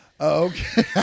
Okay